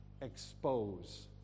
expose